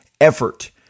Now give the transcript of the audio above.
effort